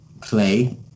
play